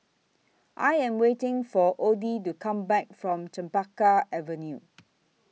I Am waiting For Oddie to Come Back from Chempaka Avenue